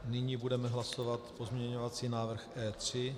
Nyní budeme hlasovat pozměňovací návrh E3.